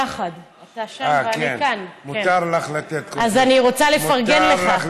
יחד, אתה שם ואני כאן, אז אני רוצה לפרגן לך.